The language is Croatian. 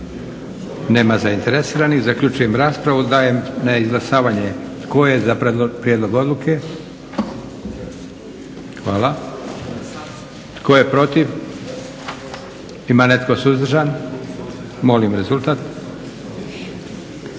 Nema zainteresiranih. Zaključujem raspravu. Dajem na izjašnjavanje tko je za predloženu odluku? Hvala. Tko je protiv? Ima li netko suzdržan? Molim rezultat.